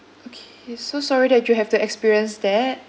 okay so sorry that you have to experience that